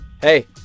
Hey